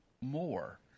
more